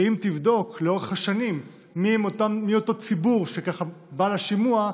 ואם תבדוק לאורך השנים מי אותו ציבור שבא לשימוע,